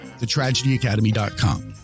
thetragedyacademy.com